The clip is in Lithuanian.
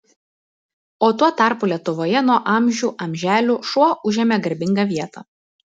o tuo tarpu lietuvoje nuo amžių amželių šuo užėmė garbingą vietą